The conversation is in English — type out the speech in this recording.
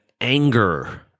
anger